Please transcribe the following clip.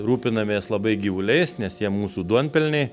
rūpinamės labai gyvuliais nes jie mūsų duonpelniai